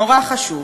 נורא חשוב.